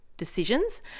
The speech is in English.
decisions